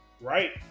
Right